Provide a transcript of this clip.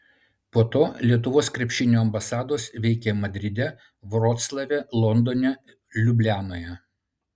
po to lietuvos krepšinio ambasados veikė madride vroclave londone liublianoje